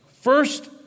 First